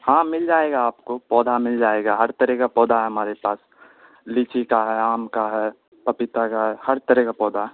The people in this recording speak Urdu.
ہاں مل جائے گا آپ کو پودا مل جائے گا ہر طرح کا پودا ہے ہمارے پاس لییچی کا ہے آم کا ہے پپیتا کا ہے ہر طرح کا پودا ہے